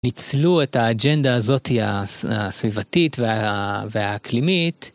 ניצלו את האג'נדה הזאתי הסביבתית והאקלימית.